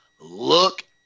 look